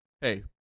hey